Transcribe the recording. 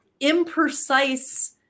imprecise